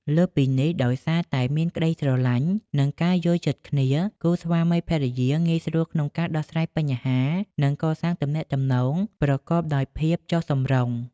លើសពីនេះ ដោយសារតែមានក្តីស្រលាញ់ និងការយល់ចិត្តគ្នា គូស្វាមីភរិយាងាយស្រួលក្នុងការដោះស្រាយបញ្ហា និងកសាងទំនាក់ទំនងប្រកបដោយ ភាពចុះសម្រុង។